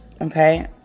okay